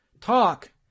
talk